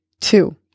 two